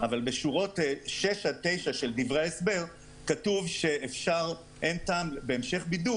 בשורות 6 9 של דברי ההסבר כתוב שאין טעם בהמשך בידוד